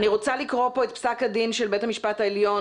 אני רוצה לקרוא פה את פסק הדין של בית המשפט העליון.